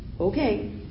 Okay